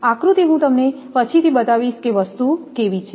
આકૃતિ હું તમને પછીથી બતાવીશ કે વસ્તુ કેવી છે